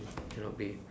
cannot be